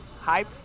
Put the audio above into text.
hype